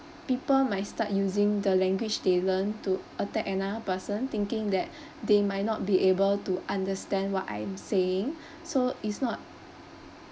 people might start using the language they learn to attack another person thinking that they might not be able to understand what I am saying so it's not